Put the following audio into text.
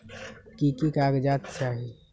की की कागज़ात चाही?